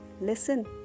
listen